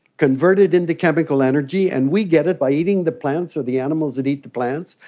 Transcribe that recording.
converted into chemical energy and we get it by eating the plants or the animals that eat the plants,